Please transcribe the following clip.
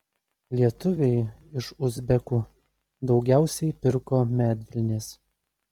lietuviai iš uzbekų daugiausiai pirko medvilnės